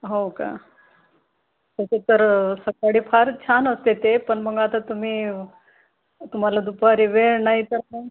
हो का तसं तर सकाळी फार छान असते ते पण मग आता तुम्ही तुम्हाला दुपारी वेळ नाही तर मग